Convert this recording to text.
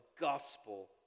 gospel